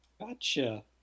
gotcha